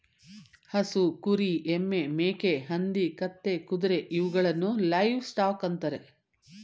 ಹಸು, ಕುರಿ, ಎಮ್ಮೆ, ಮೇಕೆ, ಹಂದಿ, ಕತ್ತೆ, ಕುದುರೆ ಇವುಗಳನ್ನು ಲೈವ್ ಸ್ಟಾಕ್ ಅಂತರೆ